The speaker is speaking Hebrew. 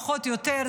פחות או יותר,